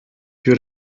più